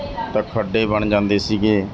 ਤਾਂ ਖੱਡੇ ਬਣ ਜਾਂਦੇ ਸੀਗੇ